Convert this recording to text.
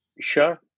sure